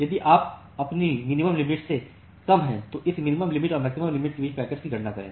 यदि आप अपनी मिनिमम लिमिट से कम है तो इस मिनिमम लिमिट और मैक्सिमम लिमिट के बीच पैकेट्स की गणना करें